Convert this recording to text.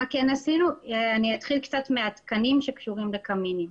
אני אתחיל מהתקנים שקשורים לקמינים.